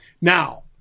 now